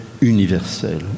universel